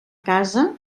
casa